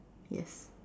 yes